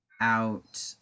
out